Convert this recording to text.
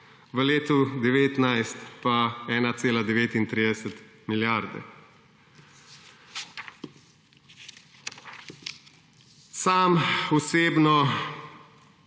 v letu 2019 pa 1,39 milijarde. Sam osebno